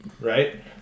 Right